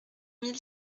mille